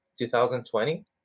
2020